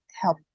help